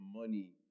money